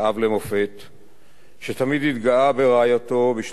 שתמיד התגאה ברעייתו, בשלושת ילדיו ובנכדותיו